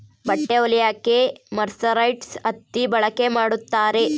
ಬಟ್ಟೆ ಹೊಲಿಯಕ್ಕೆ ಮರ್ಸರೈಸ್ಡ್ ಹತ್ತಿ ಬಳಕೆ ಮಾಡುತ್ತಾರೆ